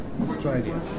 Australia